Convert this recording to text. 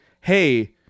hey